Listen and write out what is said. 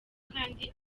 kandi